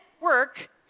work